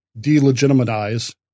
delegitimize